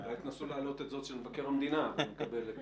אולי תנסו להעלות את זו של מבקר המדינה ונקבל את